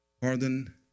pardon